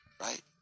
right